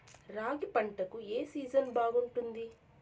రాగి పంటకు, ఏ సీజన్ బాగుంటుంది?